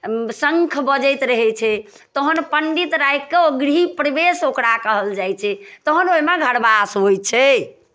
शङ्ख बजैत रहै छै तहन पण्डित राखि कऽ ओ गृह प्रवेश ओकरा कहल जाइ छै तहन ओहिमे घरवास होइ छै